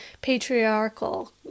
patriarchal